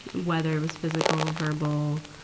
whether it was physical, verbal,